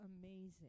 amazing